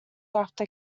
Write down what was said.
after